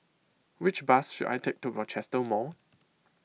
Which Bus should I Take to Rochester Mall